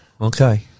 Okay